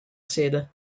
sede